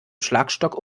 schlagstock